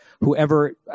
whoever